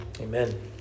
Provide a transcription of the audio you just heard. Amen